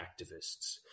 activists